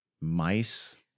mice